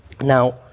Now